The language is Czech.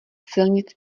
silnic